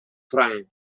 franc